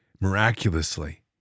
miraculously